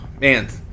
man